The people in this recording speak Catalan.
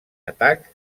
atac